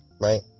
right